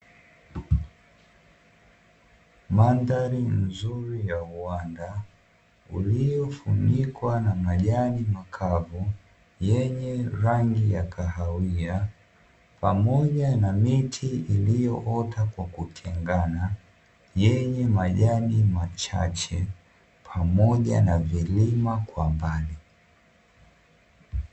Mandhari nzuri ya uwanda uliofunikwa na majani makavu yenye rangi ya kahawia, pamoja na miti iliyoota kwa kutengana yenye majani machache, pamoja na vilima kwa mbali.